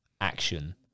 action